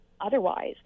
otherwise